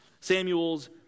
Samuel's